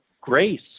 grace